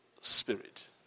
spirit